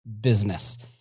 business